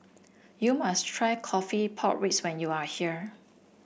you must try coffee pork when you are here